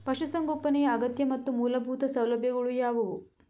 ಪಶುಸಂಗೋಪನೆಯ ಅಗತ್ಯ ಮತ್ತು ಮೂಲಭೂತ ಸೌಲಭ್ಯಗಳು ಯಾವುವು?